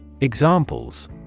Examples